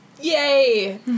yay